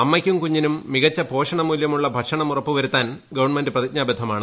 അമ്മയ്ക്കും കുഞ്ഞിനും മികച്ച പോഷണ മൂല്യമുള്ള ഭക്ഷണം ഉറപ്പുവരുത്താൻ ഗവണ്മെന്റ് പ്രതിജ്ഞാബദ്ധമാണ്